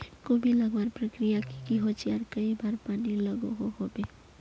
कोबी लगवार प्रक्रिया की की होचे आर कई बार पानी लागोहो होबे?